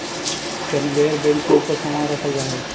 conveyor belt के ऊपर समान रखल जा हई